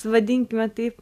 vadinkime taip